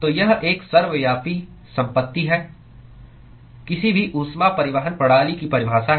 तो यह एक सर्वव्यापी संपत्ति है किसी भी ऊष्मा परिवहन प्रणाली की परिभाषा है